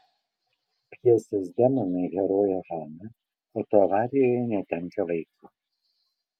pjesės demonai herojė hana autoavarijoje netenka vaiko